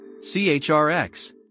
chrx